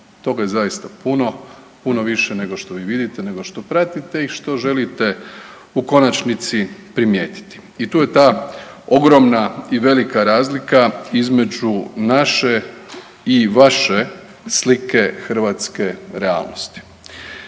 Toga je zaista puno, puno više nego što vidite, nego što pratite i što želite u konačnici primijetiti. I tu je ta ogromna i velika razlika između naše i vaše slike hrvatske realnosti.